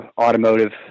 automotive